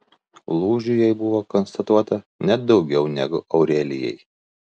lūžių jai buvo konstatuota net daugiau negu aurelijai